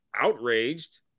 outraged